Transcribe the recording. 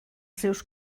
seus